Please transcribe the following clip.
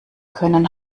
können